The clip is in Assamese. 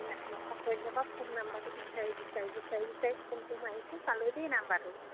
সেইদিনাখনৰপৰা অত দিনৰপৰা ফোন নম্বৰটো বিচাৰি বিচাৰি বিচাৰি বিচাৰি ফোনটো মাৰিছো পালো দেই নাম্বাৰটো